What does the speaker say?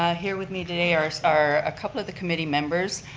here with me today are are a couple of the committee members,